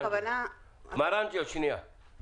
מר אנגל, שנייה.